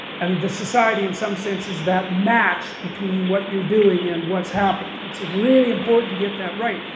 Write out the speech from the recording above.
and the society in some sense is that match between what you are doing and what's happening it's really important to get that right,